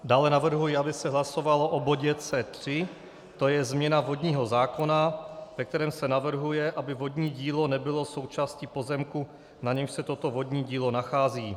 Dále navrhuji, aby se hlasovalo o bodě C3, to je změna vodního zákona, ve kterém se navrhuje, aby vodní dílo nebylo součástí pozemku, na němž se toto vodní dílo nachází.